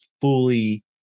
fully